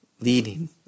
Leading